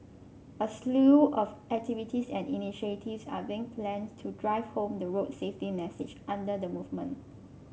a slew of activities and initiatives are being planned to drive home the road safety message under the movement